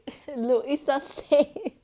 look it's the same